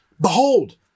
behold